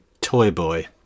toy-boy